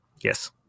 Yes